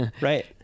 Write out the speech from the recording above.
Right